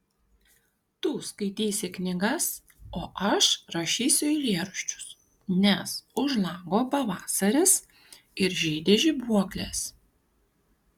tu skaitysi knygas o aš rašysiu eilėraščius nes už lango pavasaris ir žydi žibuoklės